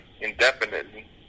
indefinitely